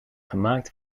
gemaakt